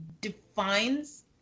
defines